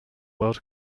world